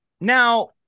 Now